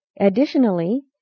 Additionally